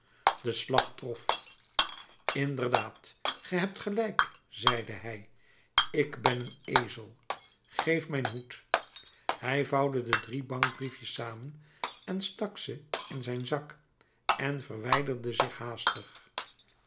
de slag trof inderdaad ge hebt gelijk zeide hij ik ben een ezel geef mijn hoed hij vouwde de drie bankbriefjes samen stak ze in zijn zak en verwijderde zich haastig